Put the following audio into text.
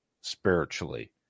spiritually